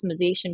customization